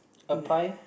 a pie